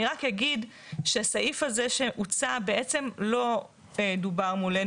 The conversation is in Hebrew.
אני רק אגיד שהסעיף הזה שהוצע בעצם לא דובר מולנו,